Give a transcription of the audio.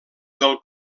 del